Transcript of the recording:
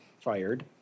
fired